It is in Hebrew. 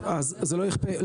זה לא יכפה.